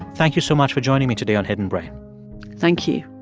thank you so much for joining me today on hidden brain thank you